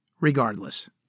regardless